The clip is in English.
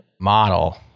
model